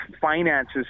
finances